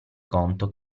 conto